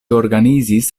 organizis